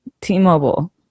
T-Mobile